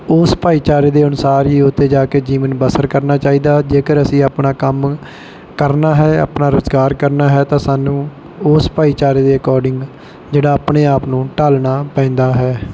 ਉਸ ਭਾਈਚਾਰੇ ਦੇ ਅਨੁਸਾਰ ਹੀ ਉੱਥੇ ਜਾ ਕੇ ਜੀਵਨ ਬਸਰ ਕਰਨਾ ਚਾਹੀਦਾ ਜੇਕਰ ਅਸੀਂ ਆਪਣਾ ਕੰਮ ਕਰਨਾ ਹੈ ਆਪਣਾ ਰੁਜ਼ਗਾਰ ਕਰਨਾ ਹੈ ਤਾਂ ਸਾਨੂੰ ਉਸ ਭਾਈਚਾਰੇ ਦੇ ਅਕੋਰਡਿੰਗ ਜਿਹੜਾ ਆਪਣੇ ਆਪ ਨੂੰ ਢਾਲਣਾ ਪੈਂਦਾ ਹੈ